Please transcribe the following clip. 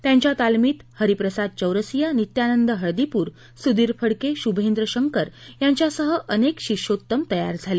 त्यांच्या तालमीत हरिप्रसाद चौरसिया नित्यानंद हळदीपूर सुधीर फङके शुभेंद्र शंकर यांच्यासह अनेक शिष्योत्तम तयार झाले